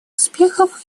успехов